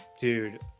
Dude